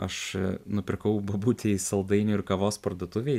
aš nupirkau bobutei saldainių ir kavos parduotuvėj